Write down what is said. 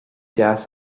deas